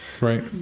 Right